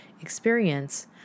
experience